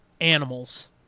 animals